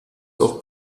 auch